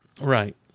Right